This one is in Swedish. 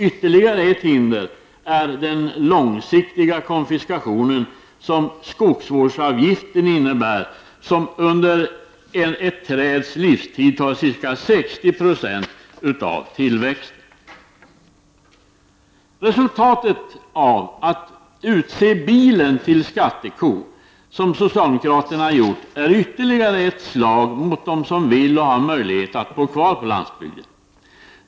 Ytterligare ett hinder är den långsiktiga konfiskation som skogsvårdsavgiften innebär och som under ett träds livstid tar 60 90 av tillväxten. Resultatet av att utse bilen till skatteko, som socialdemokraterna har gjort, är ytterligare ett slag mot dem som vill och har möjlighet att bo kvar på landsbygden.